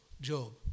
Job